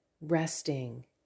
resting